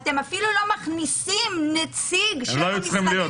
אתם אפילו לא מכניסים נציג של המשרדים